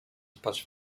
spać